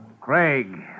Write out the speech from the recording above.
Craig